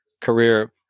career